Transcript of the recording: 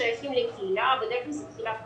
שייכים לקהילה, בדרך כלל זו קהילה כפרית,